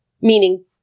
Meaning